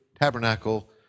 tabernacle